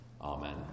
Amen